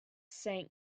sank